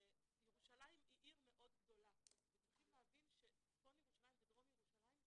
ירושלים היא עיר מאוד גדולה וצריכים להבין שצפון ירושלים ודרום ירושלים,